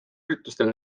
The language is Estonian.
üritustel